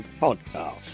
podcast